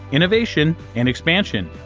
innovation, and expansion.